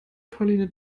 pauline